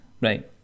right